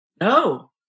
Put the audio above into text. no